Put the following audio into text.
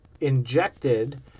injected